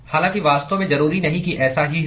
हालांकि वास्तव में जरूरी नहीं कि ऐसा ही हो